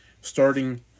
starting